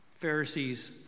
Pharisees